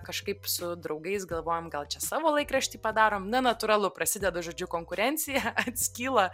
kažkaip su draugais galvojom gal čia savo laikraštį padarom na natūralu prasideda žodžiu konkurencija atskyla